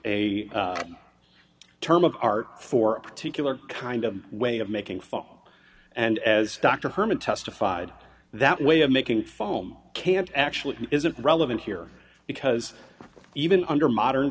a term of art for a particular kind of way of making fun and as dr herman testified that way of making foam can't actually isn't relevant here because even under modern